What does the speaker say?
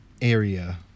area